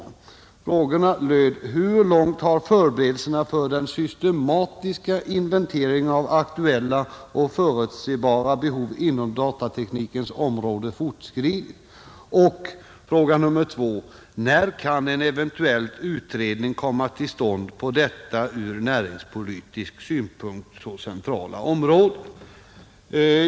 Jag frågade för det första ”hur långt förberedelserna för den systematiska inventeringen av aktuella och förutsebara behov inom datateknikens område har fortskridit” och för det andra ”när en eventuell utredning kan komma till stånd på detta ur näringspolitisk synpunkt centrala område”.